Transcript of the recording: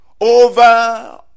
over